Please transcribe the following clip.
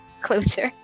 closer